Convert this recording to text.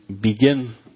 begin